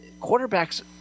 Quarterbacks